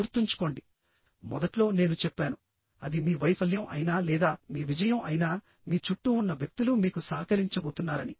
గుర్తుంచుకోండి మొదట్లో నేను చెప్పాను అది మీ వైఫల్యం అయినా లేదా మీ విజయం అయినా మీ చుట్టూ ఉన్న వ్యక్తులు మీకు సహకరించబోతున్నారని